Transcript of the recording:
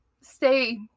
stay